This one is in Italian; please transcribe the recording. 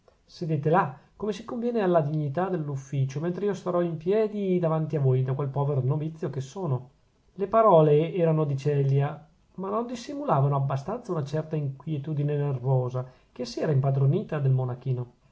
priore sedete là come si conviene alla dignità dell'ufficio mentre io starò in piedi davanti a voi da quel povero novizio che sono le parole erano di celia ma non dissimulavano abbastanza una certa inquietudine nervosa che si era impadronita del monachino